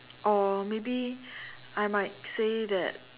or maybe I might say that